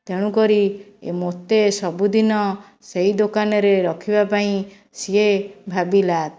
ତେଣୁକରି ଏ ମୋତେ ସବୁଦିନ ସେହି ଦୋକାନରେ ରଖିବା ପାଇଁ ସେ ଭାବିଲା